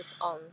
on